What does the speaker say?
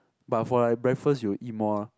but for like breakfast you will eat more ah